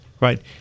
right